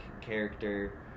character